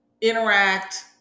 interact